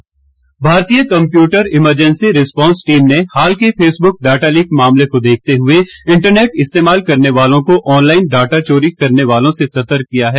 internet सलाह भारतीय computer emergency response team ने हाल के फेसब्क डाटा लीक मामले को देखते हुए इंटरनेट इस्तेमाल करने वालों को ऑनलाइन डाटा चोरी करने वालों से सतर्क किया है